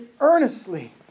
earnestly